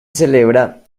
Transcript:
celebra